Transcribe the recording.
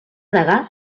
degà